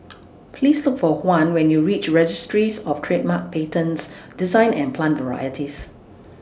Please Look For Juan when YOU REACH Registries of Trademarks Patents Designs and Plant Varieties